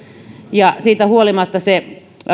ja siitä huolimatta se